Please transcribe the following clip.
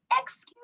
excuse